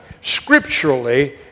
scripturally